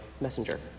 messenger